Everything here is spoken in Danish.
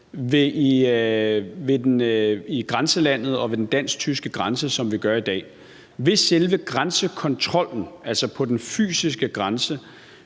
i grænselandet og ved den dansk-tyske grænse, som vi gør i dag. Ved selve grænsekontrollen, altså på den fysiske grænse,